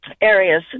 areas